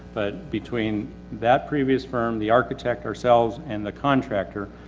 but between that previous firm, the architect, ourselves and the contractor.